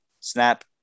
Snap